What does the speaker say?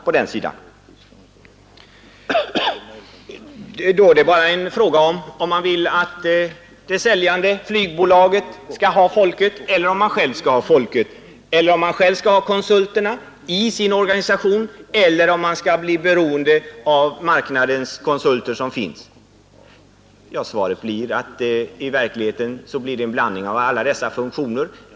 Då är frågan bara om vi vill att det säljande flygbolaget eller man själv skall ha det folket, om man själv skall ha konsulterna i sin organisation, eller om man skall bli beroende av konsulterna ute på marknaden. I verkligheten blir det en blandning av alla dessa funktioner.